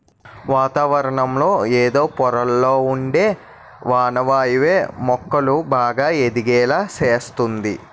వాతావరణంలో ఎదో పొరల్లొ ఉండే పానవాయువే మొక్కలు బాగా ఎదిగేలా సేస్తంది